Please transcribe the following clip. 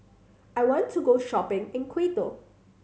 I want to go shopping in Quito